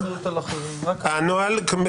לא שמעתי --- אם היה נוהל כזה עד היום,